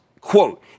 quote